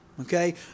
Okay